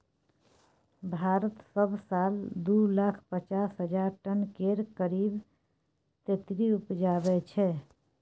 भारत सब साल दु लाख पचास हजार टन केर करीब तेतरि उपजाबै छै